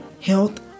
health